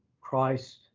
Christ